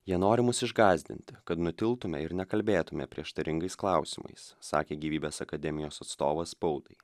jie nori mus išgąsdinti kad nutiltume ir nekalbėtume prieštaringais klausimais sakė gyvybės akademijos atstovas spaudai